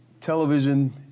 Television